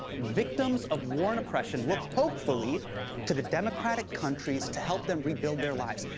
victims of war and oppression look hopefully to the democratic countries to help them rebuild their lives.